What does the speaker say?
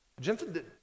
Jensen